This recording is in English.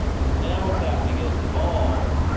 so now what's happening is the ball,